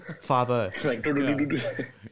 father